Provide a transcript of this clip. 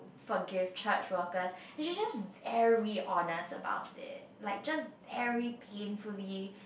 forgive church workers and she's just every honest about it like just very painfully